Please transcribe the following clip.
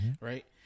Right